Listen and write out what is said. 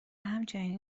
همچنین